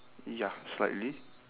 ya slightly